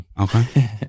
okay